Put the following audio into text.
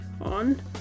on